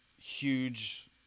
huge